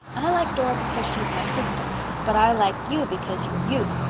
i like dora because she's my sister but i like you because you're you.